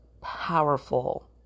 powerful